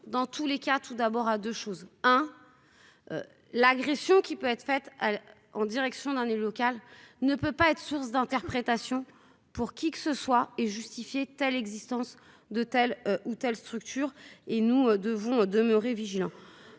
dans tous les cas, tout d'abord à 2 choses hein l'agression qui peut être fait en direction d'un élu local ne peut pas être source d'interprétation pour qui que ce soit et justifier as l'existence de telle ou telle structure et nous devons demeurer vigilants